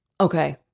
Okay